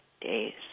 days